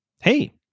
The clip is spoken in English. Hey